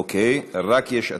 אוקיי, רק יש עתיד.